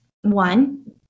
one